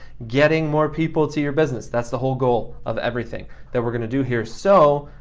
getting more people to your business. that's the whole goal of everything that we're gonna do here. so,